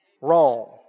Wrong